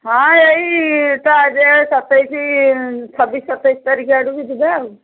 ହଁ ଏଇ ତ ଆଜି ସତେଇଶ ଛବିଶ ସତେଇଶ ତାରିଖ ଆଡ଼କୁ ଯିବା ଆଉ